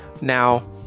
Now